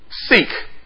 seek